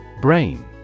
Brain